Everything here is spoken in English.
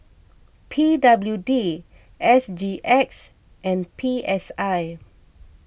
P W D S G X and P S I